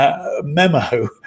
memo